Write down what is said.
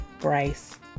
bryce